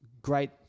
Great